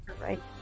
Right